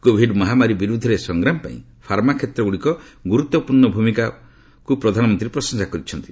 Covid ମହାମାରୀ ବିରୁଦ୍ଧରେ ସଂଗ୍ରାମ ପାଇଁ ଫାର୍ମା କ୍ଷେତ୍ରର ଗୁରୁତ୍ୱପୂର୍ଣ୍ଣ ଭୂମିକାକୁ ପ୍ରଧାନମନ୍ତ୍ରୀ ପ୍ରଶଂସା କରିଛନ୍ତି